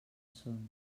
són